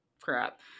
crap